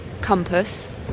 compass